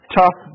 tough